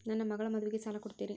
ನನ್ನ ಮಗಳ ಮದುವಿಗೆ ಸಾಲ ಕೊಡ್ತೇರಿ?